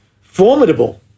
formidable